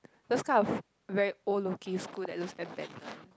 those kind of very old looking school that looks abandoned